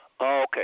Okay